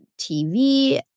TV